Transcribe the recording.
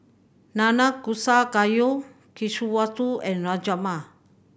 Nanakusa Gayu Kushikatsu and Rajma